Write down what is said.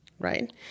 right